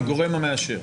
הם הגורם המאשר.